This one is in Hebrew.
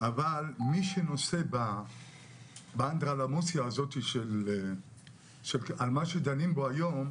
אבל מי שנושא באנדרלמוסיה הזאת של על מה שדנים פה היום,